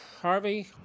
Harvey